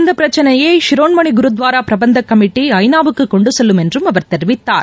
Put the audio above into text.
இந்த பிரச்சனையை சிரோமணி குருத்வாரா பிரபந்தக் கமிட்டி ஐநாவுக்கு கொண்டு செல்லும் என்றும் அவர் தெரிவித்தார்